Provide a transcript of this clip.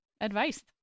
advice